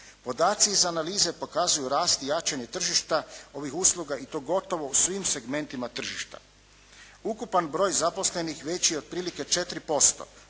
Podaci iz analize pokazuju rast i jačanje tržišta ovih usluga i to gotovo u svim segmentima tržišta. Ukupan broj zaposlenih veći je otprilike 4%.